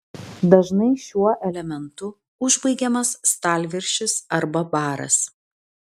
dažnai šiuo elementu užbaigiamas stalviršis arba baras